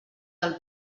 del